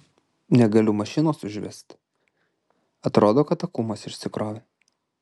negaliu mašinos užvest atrodo kad akumas išsikrovė